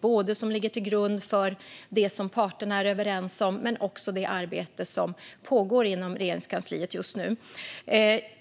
Både det som ligger till grund för det som parterna är överens om och det arbete som pågår inom Regeringskansliet är mycket gediget arbete.